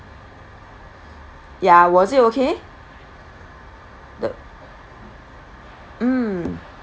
ya was it okay the mm